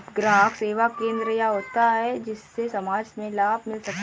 ग्राहक सेवा केंद्र क्या होता है जिससे समाज में लाभ मिल सके?